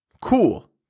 cool